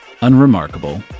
unremarkable